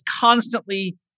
constantly